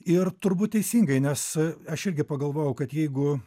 ir turbūt teisingai nes aš irgi pagalvojau kad jeigu